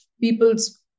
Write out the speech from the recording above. People's